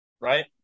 Right